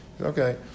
Okay